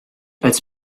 als